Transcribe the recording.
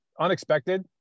unexpected